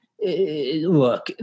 look